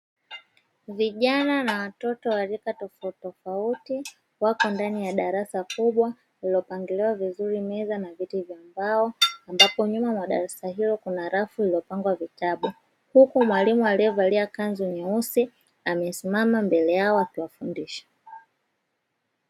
Vijana na watoto wa rika tofauti tofauti wako ndani ya darasa kubwa lililopangiliwa vizuri meza na viti vya mbao ambapo nyuma madarasa hilo kuna rough iliyopangwa vitabu, huku mwalimu aliyevalia kanzu nyeusi amesimama mbele yao akiwafundisha.